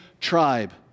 tribe